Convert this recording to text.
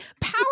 power